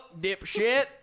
dipshit